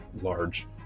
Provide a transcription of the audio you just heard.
large